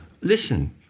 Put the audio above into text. listen